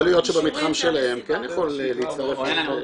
יכול להיות שבמתחם שלהם כן יכול להצטרף רופא.